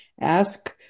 ask